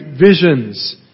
visions